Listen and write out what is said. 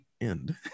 end